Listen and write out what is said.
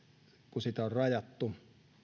kun sitä oikeutta on rajattu